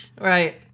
Right